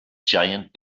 giant